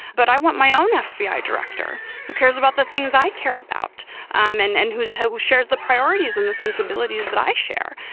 but i want my own fbi director who cares about the things i care about um and and who's who shares the priorities and the sensibilities that i share.